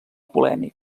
polèmic